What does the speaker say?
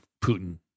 Putin